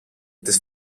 τις